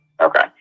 okay